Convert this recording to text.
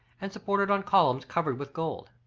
and supported on columns covered with gold.